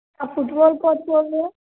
आप football coach बोल रहे हो